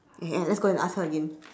eh let's go and ask her again